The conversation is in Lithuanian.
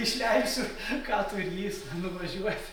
išleisiu ką turįs nuvažiuoti